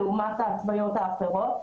לעומת התוויות אחרות.